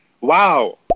Wow